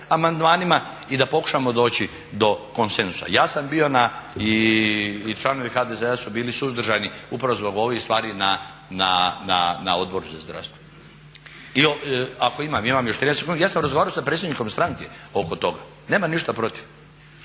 amandmanima i da pokušamo doći do konsenzusa. Ja sam bio i članovi HDZ-a su bili suzdržani upravo zbog ovih stvari na Odboru na zdravstvo. Ja sam razgovarao sa predsjednikom stranke oko toga, nema ništa protiv.